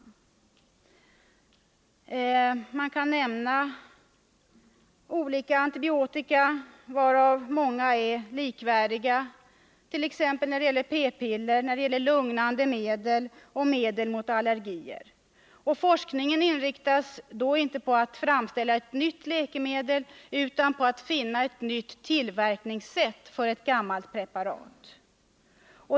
Som exempel kan nämnas olika antibiotika, varav många är helt likvärdiga, p-piller, lugnande medel och medel mot allergier. Forskningen inriktas då inte på att framställa ett nytt läkemedel utan på att finna ett nytt tillverkningssätt för ett gammalt preparat.